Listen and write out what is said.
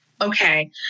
Okay